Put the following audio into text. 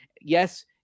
Yes